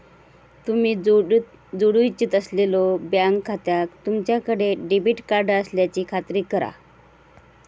तुम्ही जोडू इच्छित असलेल्यो बँक खात्याक तुमच्याकडे डेबिट कार्ड असल्याची खात्री करा